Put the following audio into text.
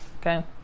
Okay